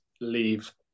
leave